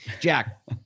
Jack